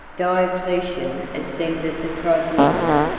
diocletian ascended the tribunal,